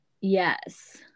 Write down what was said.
yes